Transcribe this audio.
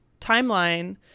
timeline